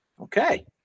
okay